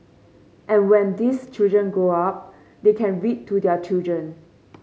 and when these children grow up they can read to their children